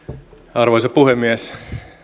arvoisa puhemies